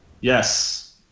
Yes